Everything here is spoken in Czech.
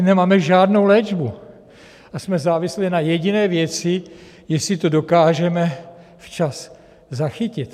Nemáme žádnou léčbu, jsme závislí na jediné věci jestli to dokážeme včas zachytit.